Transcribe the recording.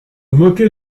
moquait